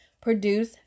produce